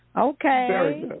Okay